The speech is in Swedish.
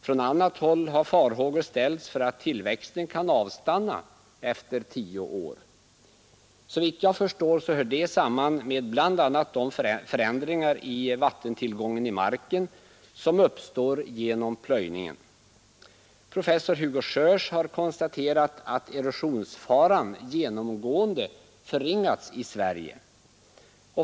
Från annat håll har farhågor framförts för att tillväxten kan avstanna efter tio år. Såvitt jag förstår, hör det samman med bl.a. de förändringar i vattentillgången i marken som uppstår genom plöjningen. Professor Hugo Sjörs har konstaterat att erosionsfaran genomgående förringats i Sverige.